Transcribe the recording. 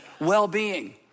well-being